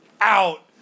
out